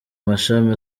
mashami